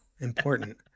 important